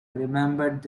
remembered